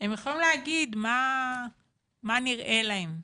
הם יכולים להגיד מה נראה להם,